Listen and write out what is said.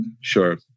Sure